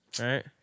Right